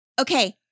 Okay